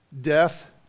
Death